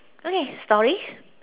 okay stories